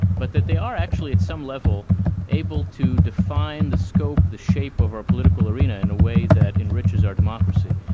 but that they are actually at some level able to define the scope, the shape of our political arena in a way that enriches our democracy.